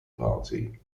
party